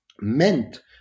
meant